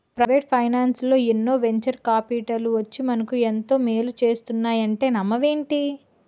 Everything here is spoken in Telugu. ప్రవేటు ఫైనాన్సల్లో ఎన్నో వెంచర్ కాపిటల్లు వచ్చి మనకు ఎంతో మేలు చేస్తున్నాయంటే నమ్మవేంటి?